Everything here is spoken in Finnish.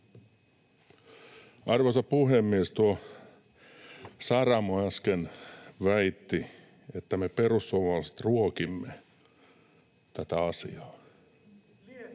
Arvoisa puhemies! Tuo Saramo äsken väitti, että me perussuomalaiset ruokimme tätä asiaa.